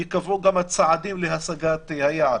חשוב שייקבעו גם הצעדים להשגת היעד.